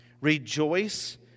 Rejoice